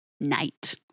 night